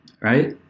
right